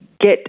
get